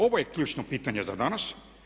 Ovo je ključno pitanje za danas.